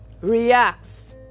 reacts